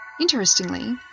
Interestingly